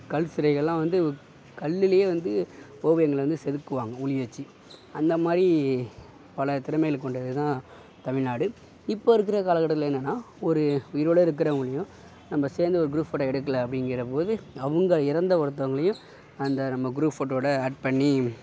கல் சிலைகள்லாம் வந்து கல்லுலேயே வந்து ஓவியங்களை வந்து செதுக்குவாங்க உளியை வெச்சு அந்த மாதிரி பல திறமைகளை கொண்டது தான் தமிழ்நாடு இப்போது இருக்கிற காலக்கட்டத்தில் என்னன்னா ஒரு இருள இருக்கிறவுங்களையும் நம்ம சேர்ந்து ஒரு குரூப் ஃபோட்டோ எடுக்கலை அப்படிங்கிறபோது அவங்க இறந்த ஒருத்தவங்களையும் அந்த நம்ம குரூப் ஃபோட்டோவோட ஆட் பண்ணி